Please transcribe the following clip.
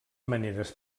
maneres